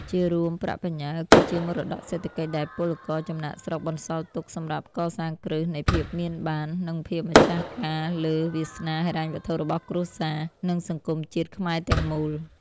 ជារួម ប្រាក់បញ្ញើគឺជា "មរតកសេដ្ឋកិច្ច" ដែលពលករចំណាកស្រុកបន្សល់ទុកសម្រាប់កសាងគ្រឹះនៃភាពមានបាន និងភាពម្ចាស់ការលើវាសនាហិរញ្ញវត្ថុរបស់គ្រួសារ និងសង្គមជាតិខ្មែរទាំងមូល។